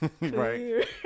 right